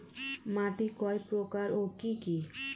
মাটি কয় প্রকার ও কি কি?